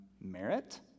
merit